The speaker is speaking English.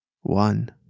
One